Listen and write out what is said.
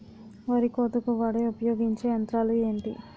వరి కోతకు వాడే ఉపయోగించే యంత్రాలు ఏంటి?